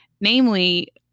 Namely